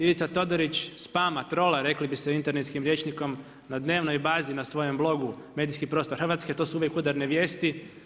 Ivica Todorić, spama, trola, rekli bi se internetskim rječnikom na dnevnom bazi na svojem blogu, medijski prostor Hrvatske, to su uvijek udarne vijesti.